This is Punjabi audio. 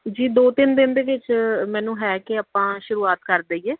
ਜੀ ਦੋ ਤਿੰਨ ਦਿਨ ਦੇ ਵਿੱਚ ਮੈਨੂੰ ਹੈ ਕਿ ਆਪਾਂ ਸ਼ੁਰੂਆਤ ਕਰ ਦੇਈਏ